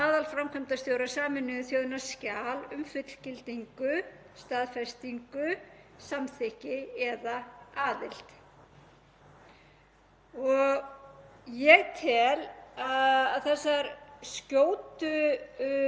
Ég tel að þessar skjótu undirtektir margra þjóða alþjóðasamfélagsins eigi að